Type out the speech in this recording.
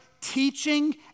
teaching